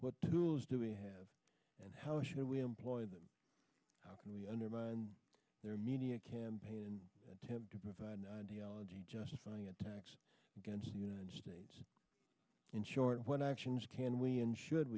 what tools do we have and how should we employ them and we undermine their media campaign and attempt to provide an ideology justifying attacks against the united states in short what actions can we and should